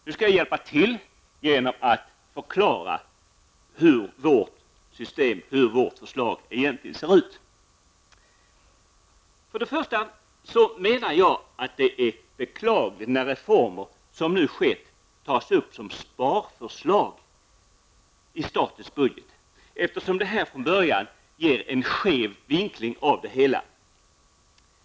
Nu skall jag hjälpa till genom att förklara hur vårt förslag egentligen ser ut. Det är beklagligt när reformer, som nu skett, tas upp som sparförslag i statens budget, eftersom detta från början ger en skev vinkling av det hela.